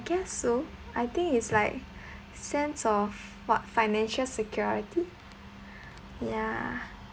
guess so I think it's like sense of what financial security ya